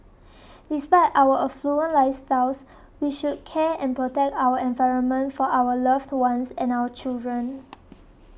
despite our affluent lifestyles we should care and protect our environment for our loved ones and our children